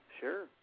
Sure